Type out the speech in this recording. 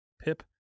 Pip